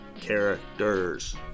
characters